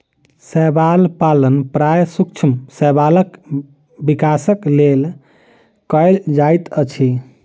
शैवाल पालन प्रायः सूक्ष्म शैवालक विकासक लेल कयल जाइत अछि